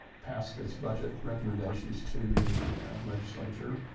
passed it's budget recommendations to the legislature.